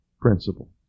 principle